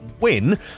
win